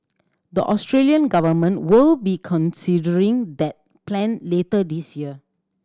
the Australian government will be considering that plan later this year